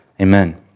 Amen